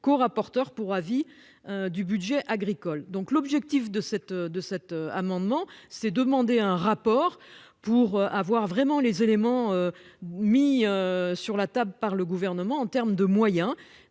co-, rapporteur pour avis du budget agricole, donc l'objectif de cet, de cet amendement. C'est demandé un rapport pour avoir vraiment les éléments mis sur la table par le gouvernement en terme de moyens